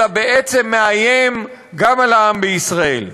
אלא בעצם מאיים גם על העם בישראל.